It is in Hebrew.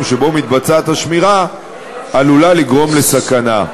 שבו מתבצעת השמירה עלולה לגרום לסכנה.